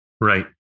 Right